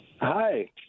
hi